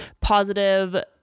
positive